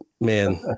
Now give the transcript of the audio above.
man